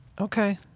Okay